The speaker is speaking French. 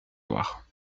loire